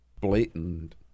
blatant